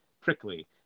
prickly